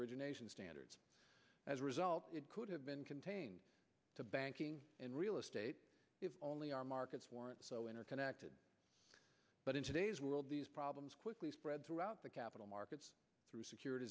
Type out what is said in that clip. origination standards as a result it could have been contained to banking and real estate if only our markets weren't so interconnected but in today's world these problems quickly spread throughout the capital markets through securit